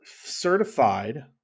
Certified